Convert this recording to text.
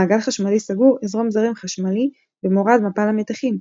במעגל חשמלי סגור יזרום זרם חשמלי במורד מפל המתחים,